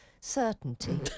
certainty